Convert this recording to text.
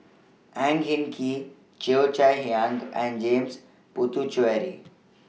Ang Hin Kee Cheo Chai Hiang and James Puthucheary